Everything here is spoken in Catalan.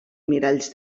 miralls